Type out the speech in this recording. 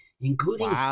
including